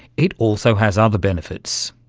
it also has other benefits.